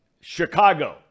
Chicago